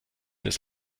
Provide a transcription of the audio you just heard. des